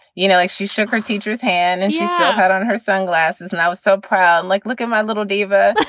you know, like she shook her teacher's hand and she still yeah had on her sunglasses. and i was so proud and like, look at my little diva,